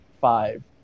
Five